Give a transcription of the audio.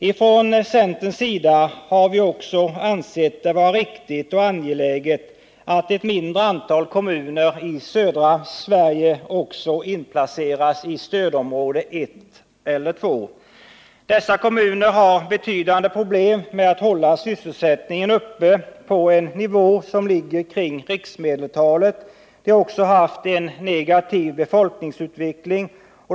Ifrån centerns sida har vi också ansett det vara riktigt och angeläget att ett mindre antal kommuner i södra Sverige också inplaceras i stödområde 1 eller 2. Dessa kommuner har betydande problem med att hålla sysselsättningen uppe på en nivå som ligger kring riksmedeltalet. De har också haft en negativ befolkningsutveckling.